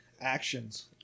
Actions